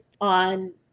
on